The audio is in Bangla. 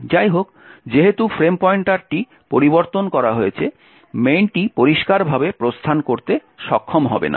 যাইহোক যেহেতু ফ্রেম পয়েন্টারটি পরিবর্তন করা হয়েছে main টি পরিষ্কারভাবে প্রস্থান করতে সক্ষম হবে না